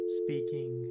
speaking